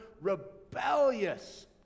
rebellious